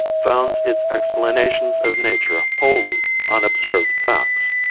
founds its explanations of nature wholly on observed facts,